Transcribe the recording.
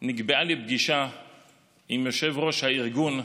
נקבעה לי פגישה עם יושב-ראש הארגון,